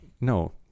No